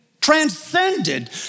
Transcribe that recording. transcended